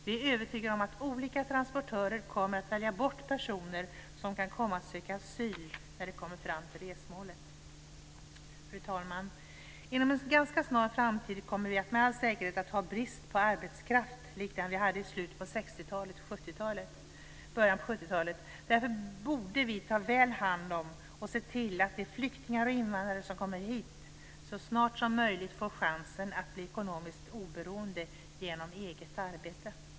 Vi är övertygade om att olika transportörer kommer att välja bort personer som kan komma att söka asyl när de kommer fram till resmålet. Fru talman! Inom en ganska snar framtid kommer vi med all säkerhet att ha brist på arbetskraft likt den vi hade i slutet av 60-talet och i början av 70-talet. Därför borde vi ta väl hand om och se till att de flyktingar och invandrare som kommer hit så snart som möjligt får chansen att bli ekonomiskt oberoende genom eget arbete.